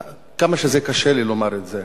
כמה שזה קשה לי לומר את זה,